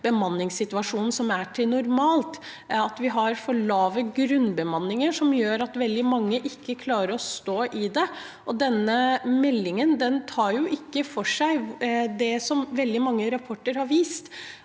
bemanningssituasjonen vi har til vanlig, det at vi har for lave grunnbemanninger, noe som gjør at veldig mange ikke klarer å stå i det. Denne meldingen tar jo ikke for seg det veldig mange rapporter har vist;